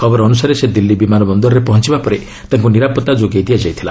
ଖବର ଅନୁସାରେ ସେ ଦିଲ୍ଲୀ ବିମାନ ବନ୍ଦରରେ ପହଞ୍ଚିବା ପରେ ତାଙ୍କୁ ନିରାପତ୍ତା ଯୋଗାଇ ଦିଆଯାଇଥିଲା